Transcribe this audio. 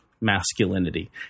masculinity